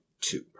Two